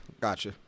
gotcha